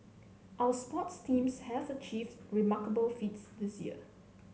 our sports teams have achieved remarkable feats this year